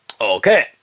Okay